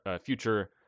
future